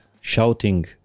shouting